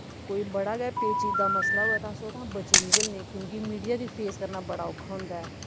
कोई बड़ा गै पेचीदा मसला होऐ तां अस ओह्दा हा बची निकलने क्योंकि मीडिया गी फेस करना बड़ा ओक्खा होंदा ऐ